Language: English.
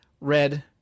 Red